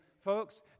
folks